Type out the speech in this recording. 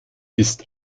ist